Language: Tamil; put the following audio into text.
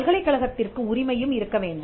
பல்கலைக்கழகத்திற்கு உரிமையும் இருக்க வேண்டும்